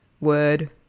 word